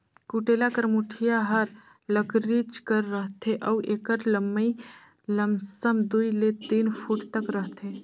कुटेला कर मुठिया हर लकरिच कर रहथे अउ एकर लम्मई लमसम दुई ले तीन फुट तक रहथे